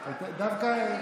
האוקראינים.